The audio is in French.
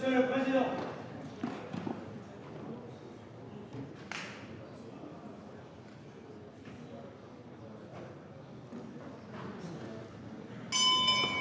Monsieur le président,